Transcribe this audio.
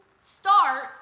start